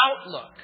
outlook